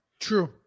True